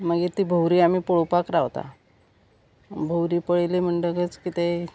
मागीर ती भोवरी आमी पळोवपाक रावता भोवरी पळयली म्हणटकच कितें